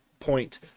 point